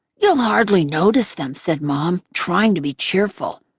you'll hardly notice them, said mom, trying to be cheerful.